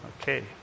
Okay